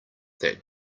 that